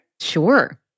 Sure